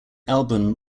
album